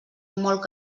molt